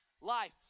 life